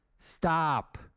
Stop